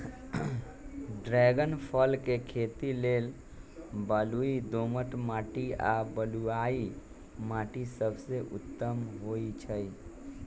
dragon फल के खेती लेल बलुई दोमट माटी आ बलुआइ माटि सबसे उत्तम होइ छइ